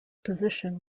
position